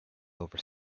over